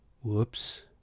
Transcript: Whoops